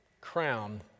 crown